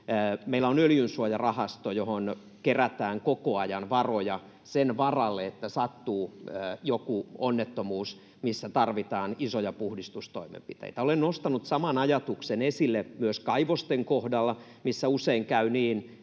Meillä on Öljysuojarahasto, johon kerätään koko ajan varoja sen varalle, että sattuu joku onnettomuus, missä tarvitaan isoja puhdistustoimenpiteitä. Olen nostanut saman ajatuksen esille myös kaivosten kohdalla, missä usein käy niin,